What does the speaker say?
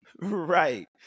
Right